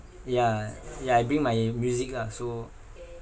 ya ya I bring my music lah so